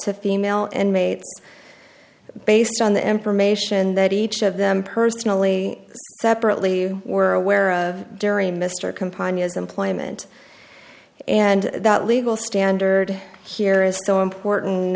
to female inmates based on the emperor mation that each of them personally separately were aware of during mr companions employment and that legal standard here is still important